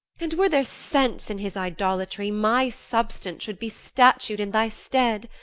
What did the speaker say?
and were there sense in his idolatry my substance should be statue in thy stead.